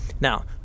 Now